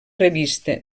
revista